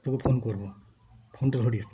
তোকে ফোন করব ফোনটা ধরিস